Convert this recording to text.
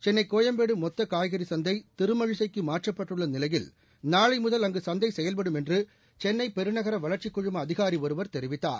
சென்னை கோயம்பேடு மொத்த காய்கறி சந்தை திருமழிசைக்கு மாற்றப்பட்டுள்ள நிலையில் நாளை முதல் அங்கு சந்தை செயல்படும் என்று சென்ளை பெருநகர வளர்ச்சிக் குழும அதிகாரி ஒருவர் தெரிவித்தார்